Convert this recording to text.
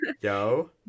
yo